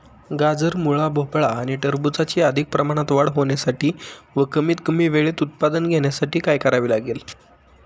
गाजर, मुळा, भोपळा आणि टरबूजाची अधिक प्रमाणात वाढ होण्यासाठी व कमीत कमी वेळेत उत्पादन घेण्यासाठी काय करावे लागेल?